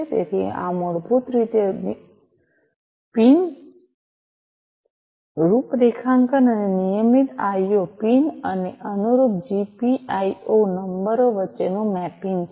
તેથી આ મૂળભૂત રીતે પિન રૂપરેખાંકન અને નિયમિત આઈઑ પિન અને અનુરૂપ જીપીઆઇ નંબરો વચ્ચેનું મેપિંગ છે